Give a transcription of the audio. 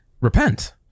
repent